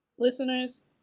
Listeners